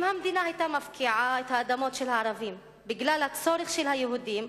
אם המדינה היתה מפקיעה את האדמות של הערבים בגלל הצורך של היהודים,